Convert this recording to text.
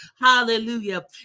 hallelujah